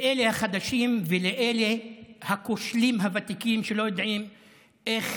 לאלה החדשים ולאלה הוותיקים הכושלים שלא יודעים איך